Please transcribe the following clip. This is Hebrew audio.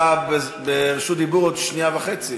אתה ברשות דיבור עוד שנייה וחצי.